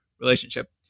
relationship